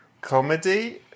comedy